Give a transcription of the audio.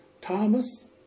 Thomas